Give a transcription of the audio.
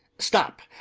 stop!